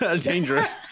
dangerous